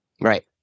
Right